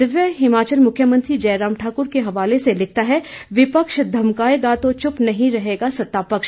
दिव्य हिमाचल मुख्यमंत्री जयराम ठाकुर के हवाले से लिखता है विपक्ष धमकाएगा तो चुप नहीं रहेगा सत्तापक्ष